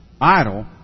idle